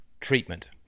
treatment